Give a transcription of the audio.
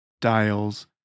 dials